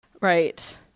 Right